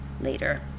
later